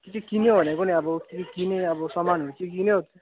के के किन्यौ भनेको नि अब के किन्यौ अब सामानहरू के किन्यौ